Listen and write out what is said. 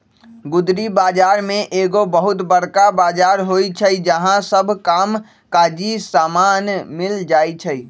गुदरी बजार में एगो बहुत बरका बजार होइ छइ जहा सब काम काजी समान मिल जाइ छइ